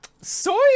Soy